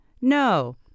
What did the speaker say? No